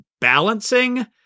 balancing